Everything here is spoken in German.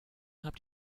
habt